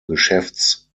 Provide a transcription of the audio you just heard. geschäfts